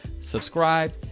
subscribe